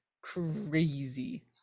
crazy